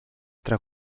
tra